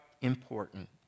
important